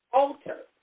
Alter